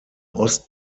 ost